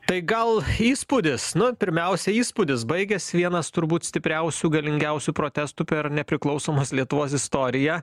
tai gal įspūdis nu pirmiausia įspūdis baigiasi vienas turbūt stipriausių galingiausių protestų per nepriklausomos lietuvos istoriją